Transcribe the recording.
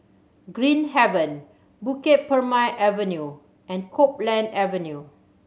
Green Haven Bukit Purmei Avenue and Copeland Avenue